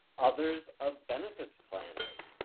others are benefits planners.